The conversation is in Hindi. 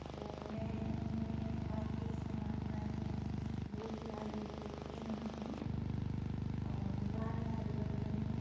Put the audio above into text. तो मैं उनमें काफ़ी समानताएं हैं बोलचाल एक जैसी है उनकी और व्यवहार में परिवर्तन है